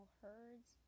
herds